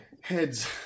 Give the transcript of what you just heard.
heads